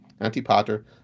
Antipater